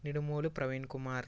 Nidumuri Praveen Kumar